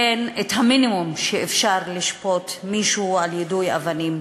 המינימום שאפשר לשפוט מישהו על יידוי אבנים?